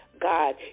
God